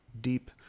deep